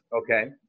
Okay